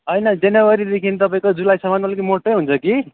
होइन जनवरीदेखि तपाईँको जुलाईसम्म अलिक मोटै हुन्छ कि